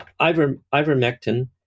Ivermectin